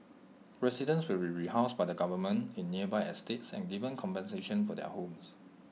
residents will be rehoused by the government in nearby estates and given compensation for their homes